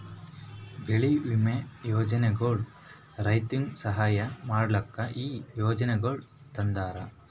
ಬೆಳಿ ವಿಮಾ ಯೋಜನೆಗೊಳ್ ರೈತುರಿಗ್ ಸಹಾಯ ಮಾಡ್ಲುಕ್ ಈ ಯೋಜನೆಗೊಳ್ ತಂದಾರ್